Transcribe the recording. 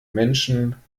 menschen